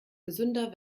gesünder